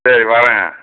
சரி வர்றேன்